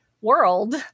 world